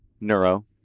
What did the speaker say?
neuro